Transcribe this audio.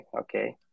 Okay